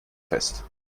fest